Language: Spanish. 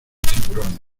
tiburones